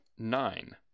Nine